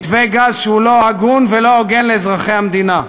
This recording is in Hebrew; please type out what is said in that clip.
מתווה גז שהוא לא הגון ולא הוגן לאזרחי המדינה,